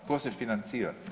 Tko se financira?